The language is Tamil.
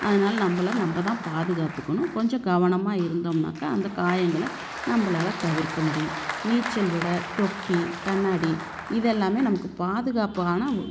அதனால் நம்பளை நம்ப தான் பாதுகாத்துக்கணும் கொஞ்சம் கவனமாக இருந்தோம்னாக்கா அந்த காயங்களை நம்பளால் தவிர்க்க முடியும் நீச்சல் உடை தொப்பி கண்ணாடி இதெல்லாமே நமக்கு பாதுகாப்பான ஒரு